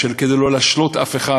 כדי לא להשלות אף אחד,